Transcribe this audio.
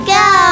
go